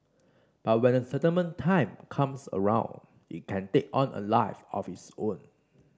but when the settlement time comes around it can take on a life of its own